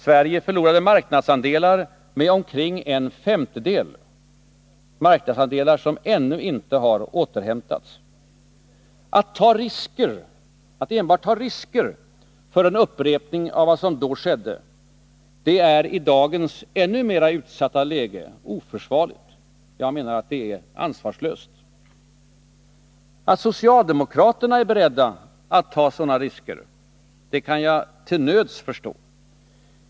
Sverige förlorade marknadsandelar med omkring en femtedel — marknadsandelar som ännu inte har återhämtats. Att enbart ta risker för en upprepning av vad som då skedde är i dagens ännu mera utsatta läge oförsvarligt. Jag menar att det är ansvarslöst. Att socialdemokraterna är beredda att ta sådana risker kan jag till nöds förstå.